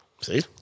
See